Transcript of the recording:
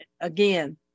again